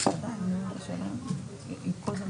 אני אשמח, אם אפשר.